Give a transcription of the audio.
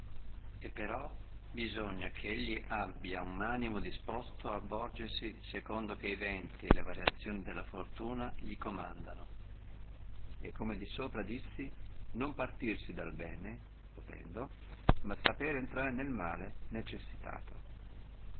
e però bisogna che elli abbi uno animo disposto a volgersi secondo che venti e le variazioni della fortuna li comandono e come di sopra dissi non partirsi dal bene potendo ma sapere intrare nel male necessitato